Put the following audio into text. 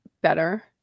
better